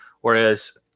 Whereas